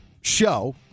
show